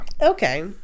okay